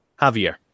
Javier